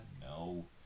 no